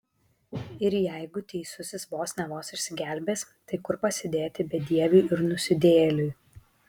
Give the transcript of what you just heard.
ir jeigu teisusis vos ne vos išsigelbės tai kur pasidėti bedieviui ir nusidėjėliui